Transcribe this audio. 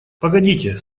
погодите